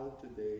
today